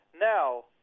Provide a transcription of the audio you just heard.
Now